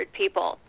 people